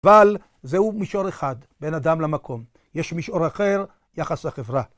אבל זהו מישור אחד בין אדם למקום, יש מישור אחר יחס לחברה.